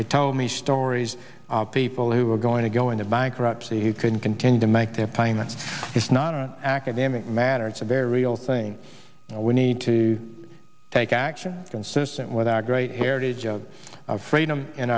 they told me stories of people who were going to go into bankruptcy who couldn't continue to make their payments is not an academic matter it's a very real thing we need to take action consistent with our great heritage of freedom in